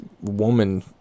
woman